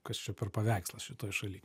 kas čia per paveikslas šitoj šaly